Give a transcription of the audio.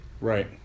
Right